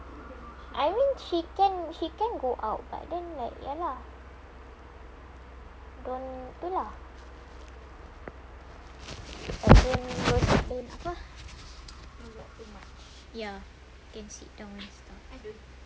I mean she can go out but then like ya lah don't tu lah better not to lah ya can sit down and stuff